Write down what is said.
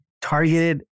targeted